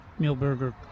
Milberger